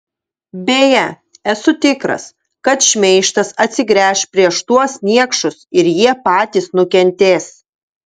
beje esu tikras kad šmeižtas atsigręš prieš tuos niekšus ir jie patys nukentės